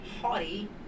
haughty